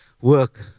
work